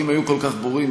הדברים היו כל כך ברורים,